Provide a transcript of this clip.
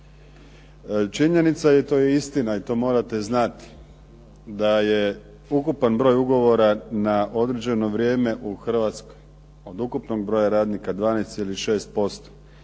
Činjenica je i to je istina i to morate znati da je ukupan broj ugovora na određeno vrijeme u Hrvatskoj, od ukupnog broja radnika 12,6%